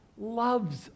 loves